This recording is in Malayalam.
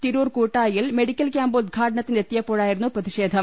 തിരൂർ കൂട്ടായിയിൽ മെഡിക്കൽ കൃാമ്പ് ഉദ്ഘാടനത്തിന് എത്തിയപ്പോഴായിരുന്നു പ്രതിഷേധം